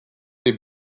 des